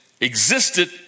existed